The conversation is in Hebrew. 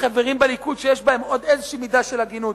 החברים בליכוד שיש בהם עוד איזו מידה של הגינות,